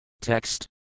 Text